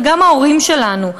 וגם ההורים שלנו,